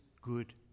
good